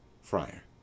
Friar